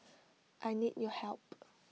I need your help